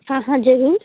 हाँ हाँ ज़रूर